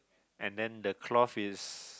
and then the cloth is